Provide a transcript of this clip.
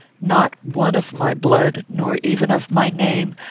not one of my blood, nor even of my name,